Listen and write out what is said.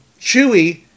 Chewie